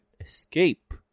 escape